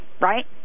right